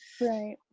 Right